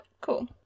cool